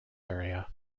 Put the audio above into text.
area